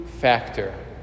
factor